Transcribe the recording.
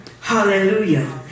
Hallelujah